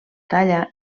talla